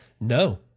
No